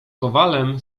kowalem